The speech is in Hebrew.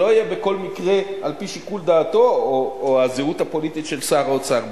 שלא יהיה בכל מקרה על-פי שיקול דעתו או זהותו הפוליטית של שר האוצר,